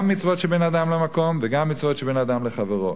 גם מצוות שבין אדם למקום וגם מצוות שבין אדם לחברו.